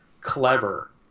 clever